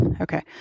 Okay